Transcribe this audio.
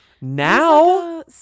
now